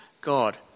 God